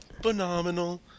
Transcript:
phenomenal